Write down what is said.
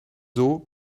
eaux